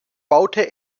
baute